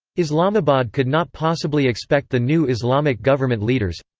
islamabad could not possibly expect the new islamic government leaders